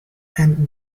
and